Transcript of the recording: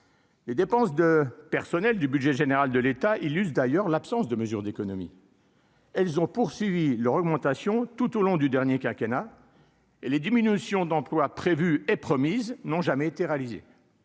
Les dépenses de personnel du budget général de l'État, il use d'ailleurs, l'absence de mesures d'économies. Elles ont poursuivi leur augmentation tout au long du dernier quinquennat et les diminutions d'emplois prévue et promise n'ont jamais été réalisé.